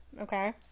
Okay